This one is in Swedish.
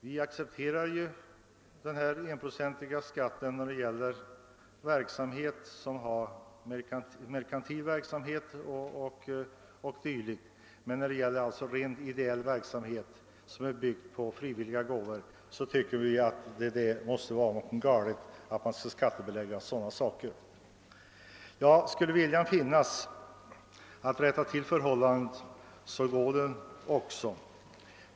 Vi accepterar den då det gäller merkantil verksamhet o. d., men rent ideell verksamhet, som är byggd på frivilliga gåvor, tycker vi att det måste vara galet att skattebelägga. Om viljan funnes, skulle det — som sagt — gå att rätta till förhållandena.